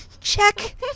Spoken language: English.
check